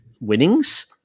winnings